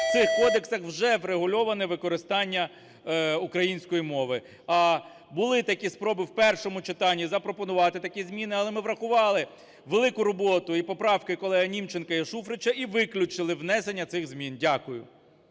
в цих кодексах вже врегульовано використання української мови. А були такі спроби в першому читанні запропонувати такі змін, але ми врахували велику роботу і поправки колег Німченка і Шуфрича і виключили внесення цих змін. Дякую.